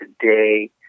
today